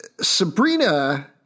Sabrina